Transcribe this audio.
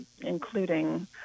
including